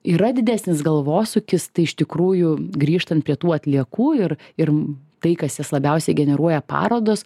yra didesnis galvosūkis tai iš tikrųjų grįžtant prie tų atliekų ir ir tai kas jas labiausiai generuoja parodos